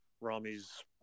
Rami's